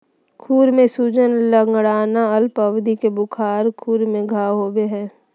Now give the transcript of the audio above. खुर में सूजन, लंगड़ाना, अल्प अवधि के बुखार, खुर में घाव होबे हइ